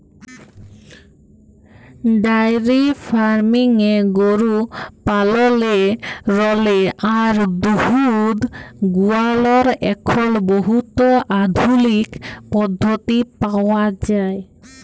diary ফার্মিংয়ে গরু পাললেরলে আর দুহুদ দুয়ালর এখল বহুত আধুলিক পদ্ধতি পাউয়া যায়